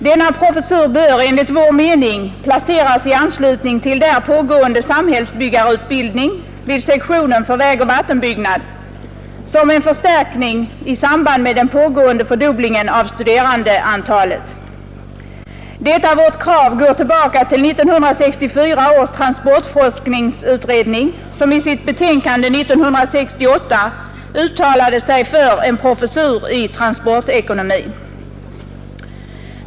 Denna professur bör enligt vår mening placeras i Fredagen den anslutning till där pågående samhällsbyggarutbildning vid sektionen för 14 april 1972 vägoch vattenbyggnad som en förstärkning i samband med den —L ——— pågående fördubblingen av studerandeantalet. Detta vårt krav går tillbaka Tekniska fakultetill 1964 års transportforskningsutredning, som i sitt betänkande 1968 — !ernam.m. uttalade sig för en professur i transportekonomi.